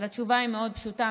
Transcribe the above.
אז התשובה היא מאוד פשוטה.